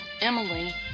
Emily